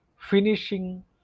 finishing